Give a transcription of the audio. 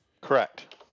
Correct